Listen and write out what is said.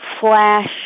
flash